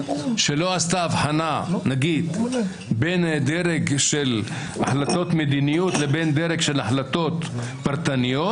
שלא עשתה הבחנה בין דרג של החלטות מדיניות לבין דרג של החלטות פרטניות,